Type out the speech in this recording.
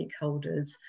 stakeholders